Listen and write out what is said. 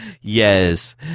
Yes